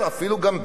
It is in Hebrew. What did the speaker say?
אפילו עם בגין,